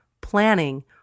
planning